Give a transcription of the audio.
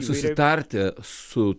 susitarti su